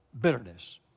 bitterness